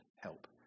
help